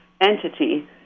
entity